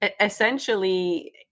Essentially